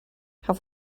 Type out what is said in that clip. have